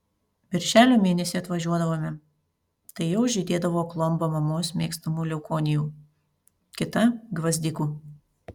birželio mėnesį atvažiuodavome tai jau žydėdavo klomba mamos mėgstamų leukonijų kita gvazdikų